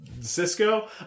Cisco